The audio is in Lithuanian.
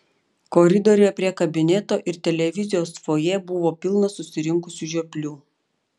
koridoriuje prie kabineto ir televizijos fojė buvo pilna susirinkusių žioplių